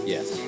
Yes